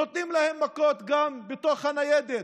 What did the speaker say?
נותנים להם מכות גם בתוך הניידת.